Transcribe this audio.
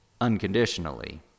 unconditionally